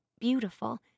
beautiful